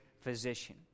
physician